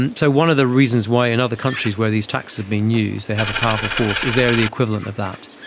and so one of the reasons why in other countries where these taxes have been used, they have a powerful force is they are the equivalent of that,